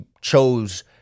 chose